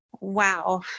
Wow